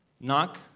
Knock